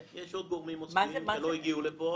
יש עוד גורמים מוסדיים שלא הגיעו לפה,